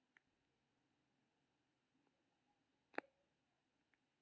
संपूर्ण जीवन के बीमा बहुत महग होइ छै, खाहे अहांक उम्र किछुओ हुअय